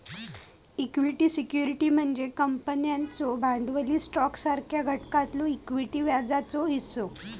equity security म्हणजे कंपन्यांचो भांडवली स्टॉकसारख्या घटकातलो इक्विटी व्याजाचो हिस्सो